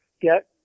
get